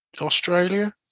Australia